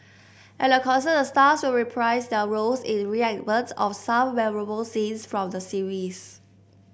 at the concert the stars will reprise their roles in reenactments of some memorable scenes from the series